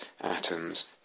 atoms